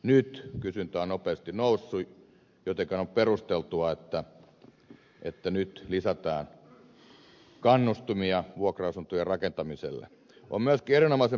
nyt kysyntä on nopeasti noussut joten on perusteltua että nyt lisätään kannustimia vuokra asuntojen rakentamiselle